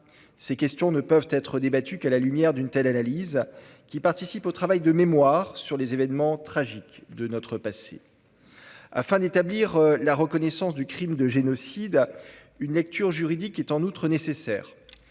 Elles ne peuvent être débattues qu'à la lumière d'une telle analyse, qui participe au travail de mémoire sur les événements tragiques de notre passé. Afin d'établir la reconnaissance du crime de génocide, une lecture juridique est en outre nécessaire.